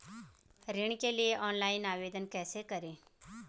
ऋण के लिए ऑनलाइन आवेदन कैसे करें?